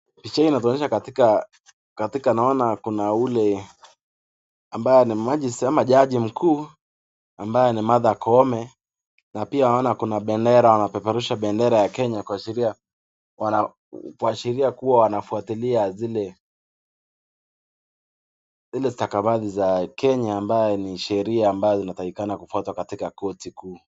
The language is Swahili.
Jaji mkuu ambaye ni Martha Koome anaperusha bendera ya Kenya kuashiria ya kwamba wanafuatilia zile stakabathi za Kenya ambazo ni sheria zinafaa kufuatwa katika court kuu.